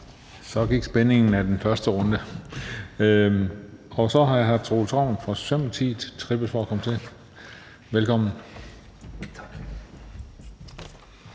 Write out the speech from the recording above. Så gik spændingen af den første runde. Så har hr. Troels Ravn fra Socialdemokratiet trippet for at komme til. Velkommen.